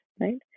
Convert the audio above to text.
right